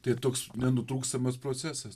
ir toks nenutrūkstamas procesas